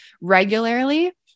regularly